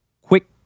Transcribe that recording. quick